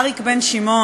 אריק בן שמעון,